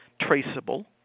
traceable